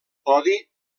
podi